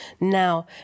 now